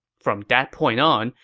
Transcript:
from that point on,